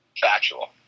Factual